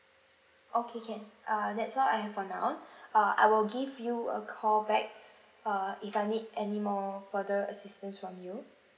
okay can err that's all I have for now uh I will give you a call back uh if I need anymore further assistance from you